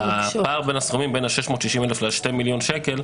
בפער בין הסכומים 660,000 ל-2 מיליון שקל,